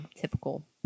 typical